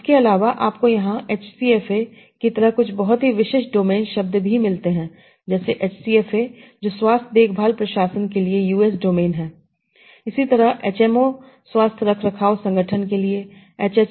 इसके अलावा आपको यहां एचसीएफए की तरह कुछ बहुत ही विशिष्ट डोमेन शब्द भी मिलते हैं जैसे HCFA जो स्वास्थ्य देखभाल प्रशासन के लिए यूएस डोमेन शब्द है इसी तरह HMO स्वास्थ्य रखरखाव संगठन के लिए HHS